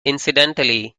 incidentally